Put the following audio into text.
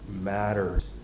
matters